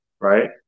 right